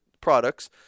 products